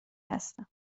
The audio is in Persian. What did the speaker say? هستم